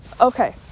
okay